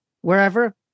wherever